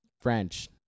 French